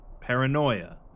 paranoia